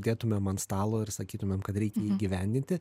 dėtumėm ant stalo ir sakytumėm kad reikia įgyvendinti